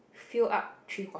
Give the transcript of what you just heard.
fill up three quarter